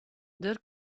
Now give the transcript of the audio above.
dêr